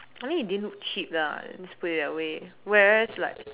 I think it didn't look cheap lah let's put it that way whereas like